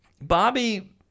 Bobby